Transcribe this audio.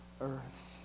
earth